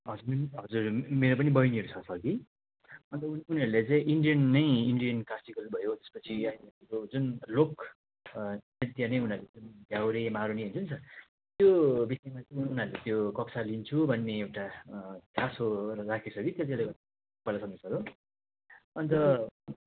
हजुर मेरो पनि बहिनीहरू छ सर कि अन्त ऊ उनीहरूले चाहिँ इन्डियन नै इन्डियन क्लासिकल भयो जुन लोक नृत्य नै उनीहरूले झ्याउरे मारुनी हुन्छ नि सर त्यो विषयमा चाहिँ उन उनीहरूले त्यो कक्षा लिन्छु भन्ने एउटा चासो राखेछ कि त्यसैले गर्दा अन्त